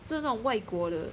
是那种外国的